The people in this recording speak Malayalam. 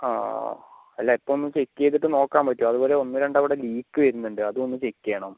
ആ അല്ല ഇപ്പം നമുക്ക് ചെക്ക് ചെയ്തിട്ട് നോക്കാൻ പറ്റുമോ അതുപോലെ ഒന്ന് രണ്ട് അവിടെ ലീക്ക് വരുന്നുണ്ട് അതൊന്ന് ചെക്ക് ചെയ്യണം